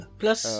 plus